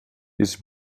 his